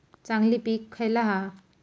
चांगली पीक खयला हा?